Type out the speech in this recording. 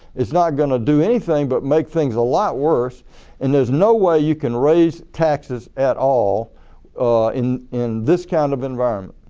it's not going to do anything but make things a lot worse and there is no way you can raise taxes at all in in this kind of environment.